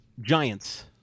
Giants